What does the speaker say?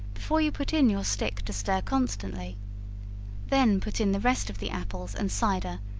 before you put in your stick to stir constantly then put in the rest of the apples and cider,